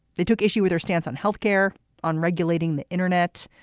they took issue with her stance on health care on regulating the internet.